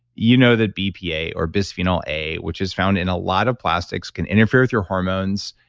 you know that bpa or bisphenol a, which is found in a lot of plastics can interfere with your hormones.